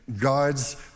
God's